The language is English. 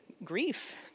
Grief